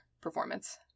performance